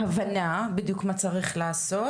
להבנה בדיוק מה צריך לעשות,